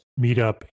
Meetup